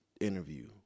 interview